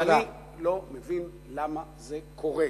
אני לא מבין למה זה קורה.